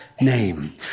name